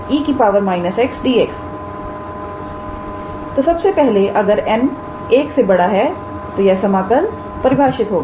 तो सबसे पहले अगर 𝑛 1 है तो यह समाकल परिभाषित होगा